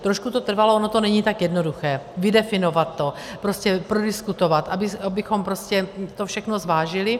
Trošku to trvalo, ono to není tak jednoduché, vydefinovat to, prodiskutovat, abychom prostě to všechno zvážili.